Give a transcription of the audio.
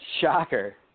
Shocker